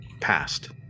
passed